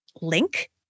link